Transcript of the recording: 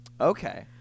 Okay